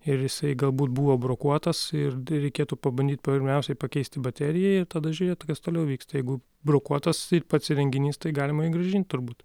ir jisai galbūt buvo brokuotas ir reikėtų pabandyt pirmiausiai pakeisti bateriją ir tada žiūrėt kas toliau vyksta jeigu brokuotas pats įrenginys tai galima jį grąžint turbūt